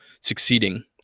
succeeding